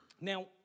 Now